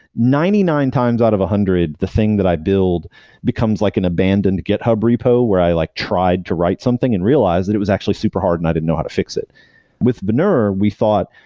ninety nine times out of a one hundred, the thing that i build becomes like an abandoned github repo, where i like tried to write something and realize that it was actually super hard and i didn't know how to fix it with veneur we thought,